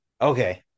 Okay